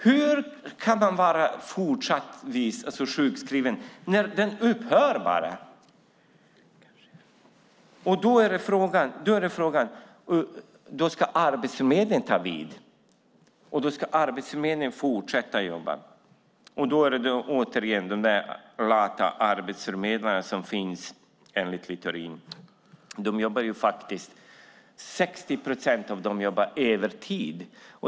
Hur kan man vara fortsatt sjukskriven när försäkringen upphör? Då ska Arbetsförmedlingen ta vid och fortsätta jobbet. Då är det återigen de där lata arbetsförmedlarna som det hänger på, enligt Littorin. 60 procent av dem jobbar faktiskt övertid.